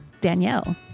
Danielle